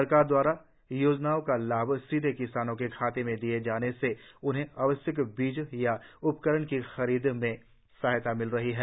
सरकार द्वारा योजनाओं का लाभ सीधे किसानों के खाते में दिए जाने से उन्हें आवश्यक बीज या उपकरण की खरीद में सहायता मिल रही है